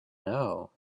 know